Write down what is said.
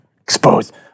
exposed